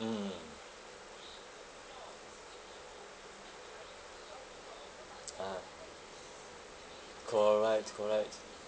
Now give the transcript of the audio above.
mm ah correct correct